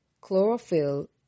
chlorophyll